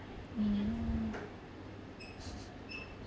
mm